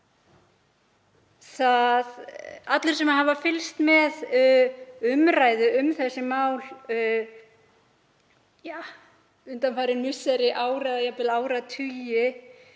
Allir sem hafa fylgst með umræðu um þessi mál undanfarin misseri, ár